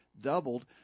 doubled